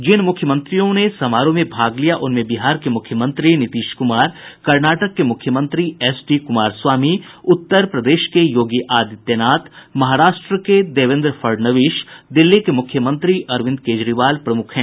जिन मुख्यमंत्रियों ने समारोह में भाग लिया उनमें बिहार के मुख्यमंत्री नीतीश कुमार कर्नाटक के मुख्यमंत्री एचडी कुमार स्वामी उत्तर प्रदेश के योगी आदित्यनाथ महाराष्ट्र के देवेन्द्र फडण्वीस और दिल्ली के मुख्यमंत्री अरविन्द केजरीवाल प्रमुख हैं